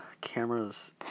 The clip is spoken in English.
cameras